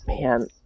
man